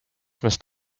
must